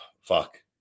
fuck